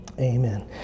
Amen